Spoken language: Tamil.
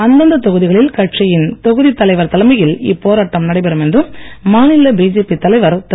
அந்தந்த தொகுதிகளில் கட்சியின் தொகுதி தலைவர் தலைமையில் இப்போராட்டம் நடைபெறும் என்று மாநில பிஜேபி தலைவர் திரு